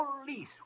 Police